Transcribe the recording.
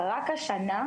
רק השנה,